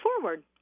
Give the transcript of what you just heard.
forward